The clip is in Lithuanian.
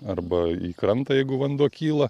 arba į krantą jeigu vanduo kyla